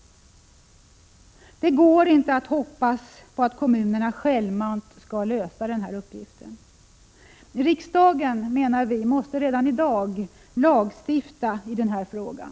Det går inte att hoppas på att kommunerna självmant skall lösa denna uppgift. Riksdagen, menar vi, måste redan nu lagstifta i denna fråga.